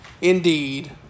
indeed